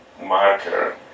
marker